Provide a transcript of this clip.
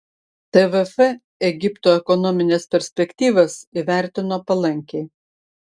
tvf egipto ekonomines perspektyvas įvertino palankiai